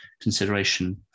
consideration